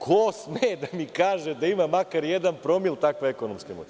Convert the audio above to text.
Ko sme da mi kaže da ima makar jedan promil takve ekonomske moći?